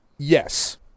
Yes